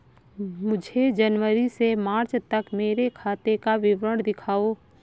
मुझे जनवरी से मार्च तक मेरे खाते का विवरण दिखाओ?